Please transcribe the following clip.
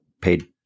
paid